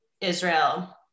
Israel